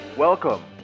Welcome